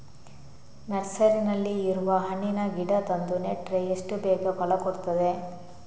ನರ್ಸರಿನಲ್ಲಿ ಇರುವ ಹಣ್ಣಿನ ಗಿಡ ತಂದು ನೆಟ್ರೆ ಎಷ್ಟು ಬೇಗ ಫಲ ಕೊಡ್ತದೆ